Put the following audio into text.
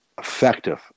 effective